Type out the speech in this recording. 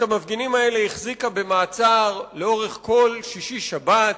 את המפגינים האלה היא החזיקה במעצר לאורך כל השישי-שבת,